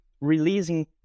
releasing